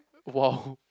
!woah!